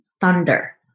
thunder